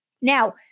Now